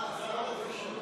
להעביר